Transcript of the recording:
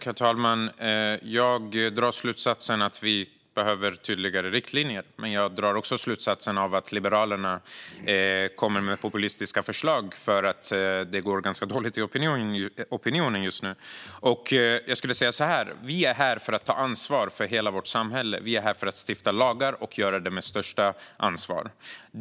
Herr talman! Jag drar slutsatsen att vi behöver tydligare riktlinjer, men jag drar också slutsatsen att Liberalerna kommer med populistiska förslag för att det går ganska dåligt för dem i opinionen just nu. Vi är här för att ta ansvar för hela vårt samhälle. Vi är här för att stifta lagar och göra det med största ansvar.